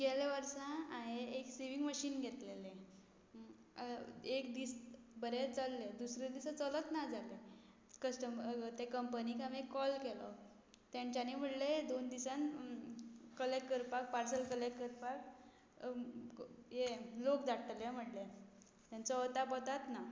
गेल्ले वर्सा हांवें एक सिवींग मॅशीन घेतिल्लें एक दीस बरें चल्लें दुसरे दीस चलच ना जालें कस्टमर ते कंपनीक हांवें कॉल केलो तांच्यांनीं म्हणलें दोन दिसान कलॅक्ट करपाक पार्सेल कलॅक्ट करपाक हें लोक धाडटले म्हणलें तांचो अता पत्ताच ना